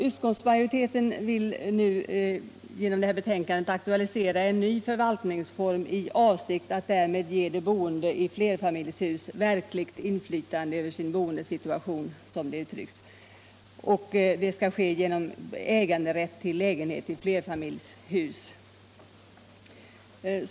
Utskottsmajoriteten vill genom det här betänkandet aktualisera en ny förvaltningsform i avsikt att därmed ge de boende i flerfamiljshus verkligt inflytande över sin bostadssituation, som det uttrycks. Det skall ske genom äganderätt till lägenhet i flerfamiljshus.